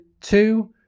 two